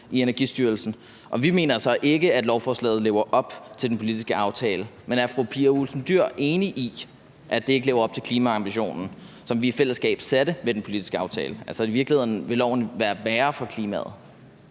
i Energistyrelsen, og vi mener så ikke, at lovforslaget lever op til den politiske aftale. Men er fru Pia Olsen Dyhr enig i, at det ikke lever op til klimaambitionen, som vi i fællesskab satte op med den politiske aftale, altså at loven i virkeligheden vil være værre for klimaet?